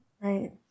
Right